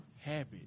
habit